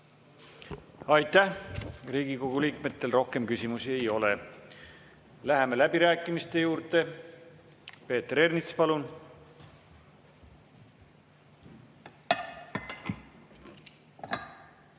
Aitäh! Riigikogu liikmetel rohkem küsimusi ei ole. Läheme läbirääkimiste juurde. Peeter Ernits, palun!